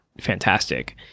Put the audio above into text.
fantastic